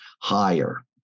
higher